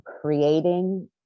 creating